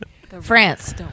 France